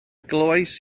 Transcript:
glywais